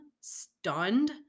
stunned